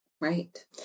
Right